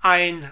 ein